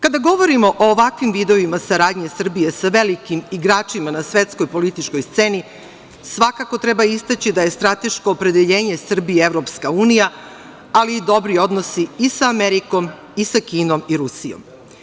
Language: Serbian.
Kada govorimo o ovakvim vidovima saradnje Srbije sa velikim igračima na svetskoj političkoj sceni, svakako treba istaći da je strateško opredeljenje Srbije Evropska unija, ali i dobri odnosi i sa Amerikom, i sa Kinom, i Rusijom.